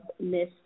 Miss